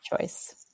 choice